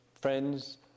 friends